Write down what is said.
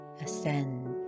ascend